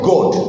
God